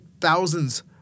thousands